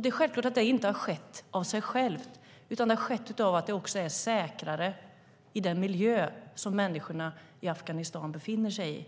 Det är självklart att det inte har skett av sig självt, utan det har också skett genom att det är säkrare i den miljö i Afghanistan som människorna befinner sig i.